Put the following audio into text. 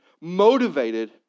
motivated